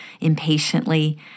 impatiently